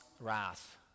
wrath